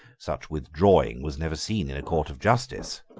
such wiredrawing, was never seen in a court of justice,